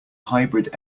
hybrid